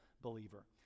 believer